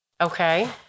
Okay